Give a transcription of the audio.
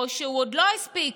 או שהוא עוד לא הספיק